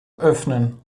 öffnen